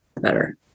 better